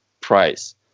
price